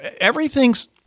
everything's